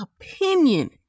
opinion